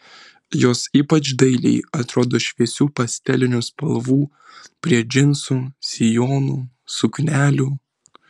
jos ypač dailiai atrodo šviesių pastelinių spalvų prie džinsų sijonų suknelių